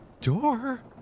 door